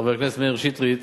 חבר הכנסת מאיר שטרית,